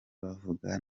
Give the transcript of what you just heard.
bavuga